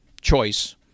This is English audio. choice